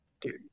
Dude